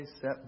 set